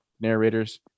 narrators